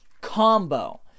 combo